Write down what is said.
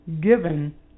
given